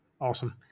Awesome